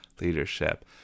Leadership